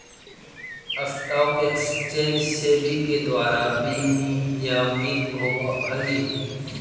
stock exchange SEBI के द्वारा विनियमित होवऽ हइ